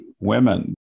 women